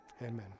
amen